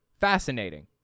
fascinating